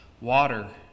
water